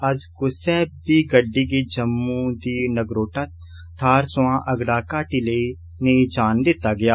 अज्ज कुसै बी गड्डी गी जम्मू दी नगरोटा थाहर सोयां अगड़ा घाटी लेई नेई जान दिता गेआ